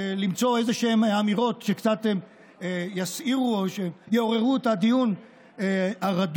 למצוא איזשהן אמירות שקצת יסעירו או יעוררו את הדיון הרדום.